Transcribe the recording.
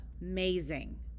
amazing